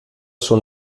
schon